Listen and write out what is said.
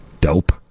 Dope